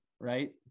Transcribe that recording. right